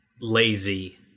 lazy